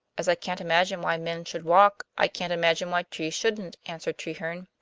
as i can't imagine why men should walk, i can't imagine why trees shouldn't, answered treherne.